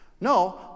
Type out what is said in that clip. No